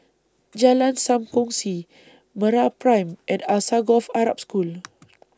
Jalan SAM Kongsi Mera Prime and Alsagoff Arab School